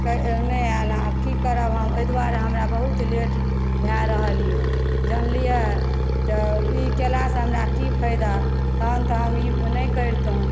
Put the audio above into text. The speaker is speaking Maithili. नहि आएल हँ आब की करब हम ओहि दुआरे हमरा बहुत लेट भए रहल यऽ जानलियै तऽ ई कयलासँ हमरा की फायदा तहन तऽ हम ई नहि करितहुॅं